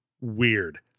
weird